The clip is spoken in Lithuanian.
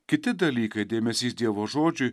kiti dalykai dėmesys dievo žodžiui